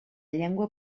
llengua